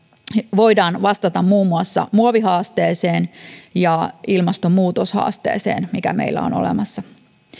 voidaan vastata muun muassa muovihaasteeseen ja ilmastonmuutoshaasteeseen mitkä meillä ovat olemassa